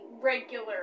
regular